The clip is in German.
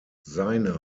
seine